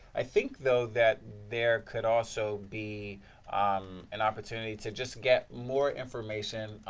i think, though, that there could also be um an opportunity to just get more information,